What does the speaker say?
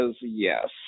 yes